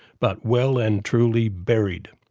but well and truly buried.